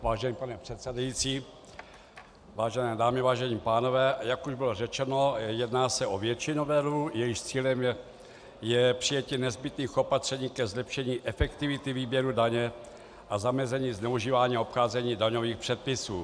Vážený pane předsedající, vážené dámy, vážení pánové, jak už bylo řečeno, jedná se o větší novelu, jejímž cílem je přijetí nezbytných opatření ke zlepšení efektivity výběru daně a zamezení zneužívání a obcházení daňových předpisů.